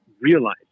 realize